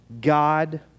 God